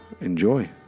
Enjoy